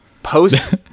Post